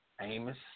Amos